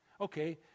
Okay